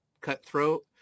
cutthroat